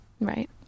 Right